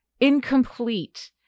incomplete